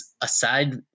aside